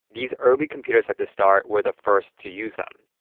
these early computers like the star where the first to use them.